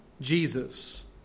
Jesus